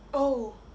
oh